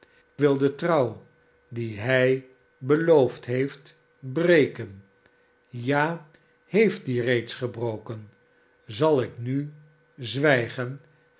wil de trouw die hij beloofd heeft breken ja heeft die reeds gebroken zal ik nu zwijgen